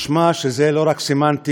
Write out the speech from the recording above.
משמע שזה לא רק סמנטי,